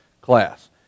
class